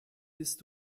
bist